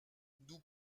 nous